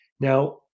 Now